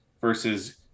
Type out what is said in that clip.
versus